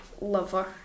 lover